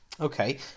Okay